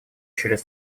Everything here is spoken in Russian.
через